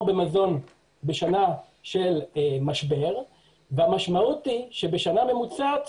במזון בשנה של משבר והמשמעות היא שבשנה ממוצעת